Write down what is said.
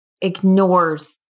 ignores